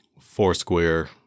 four-square